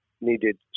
needed